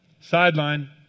Sideline